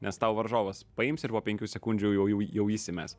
nes tau varžovas paims ir po penkių sekundžių jau įsimes